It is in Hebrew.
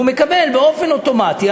הוא מקבל באופן אוטומטי,